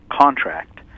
contract